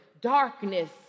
darkness